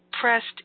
pressed